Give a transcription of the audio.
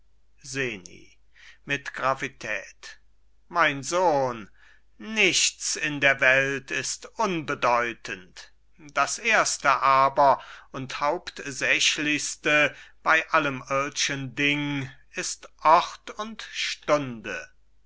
seni mit gravität mein sohn nichts in der welt ist unbedeutend das erste aber und hauptsächlichste bei allem irdschen ding ist ort und stunde